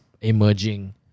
emerging